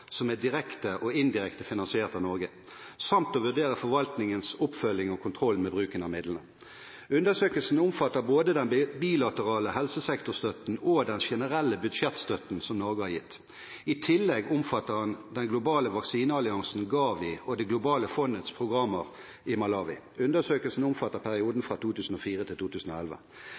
kontroll med bruken av midlene. Undersøkelsen omfatter både den bilaterale helsesektorstøtten og den generelle budsjettstøtten som Norge har gitt. I tillegg omfatter undersøkelsen den globale vaksinealliansen GAVI og det globale fondets programmer i Malawi. Undersøkelsen omfatter perioden fra 2004 til 2011.